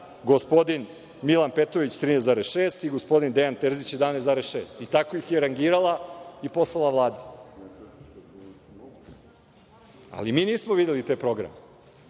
gospodin Milan Petrović 13,6 i gospodin Dejan Terzić 11,6. Tako ih je i rangirala i poslala Vladi. Ali, mi nismo videli te programe. Na